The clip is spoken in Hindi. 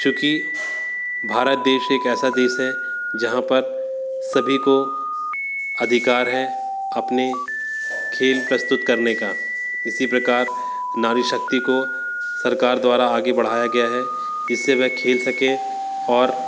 क्योंकि भारत देश एक ऐसा देश है जहाँ पर सभी को अधिकार है अपने खेल प्रस्तुत करने का इसी प्रकार नारी शक्ति को सरकार द्वारा आगे बढ़ाया गया है जिससे वह खेल सकें और